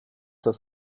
das